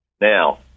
Now